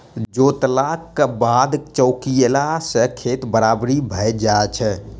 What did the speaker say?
जोतलाक बाद चौकियेला सॅ खेत बराबरि भ जाइत छै